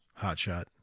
Hotshot